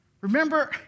Remember